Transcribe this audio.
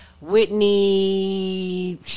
Whitney